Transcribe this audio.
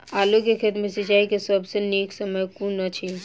आलु केँ खेत मे सिंचाई केँ सबसँ नीक समय कुन अछि?